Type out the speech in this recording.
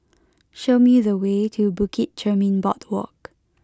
show me the way to Bukit Chermin Boardwalk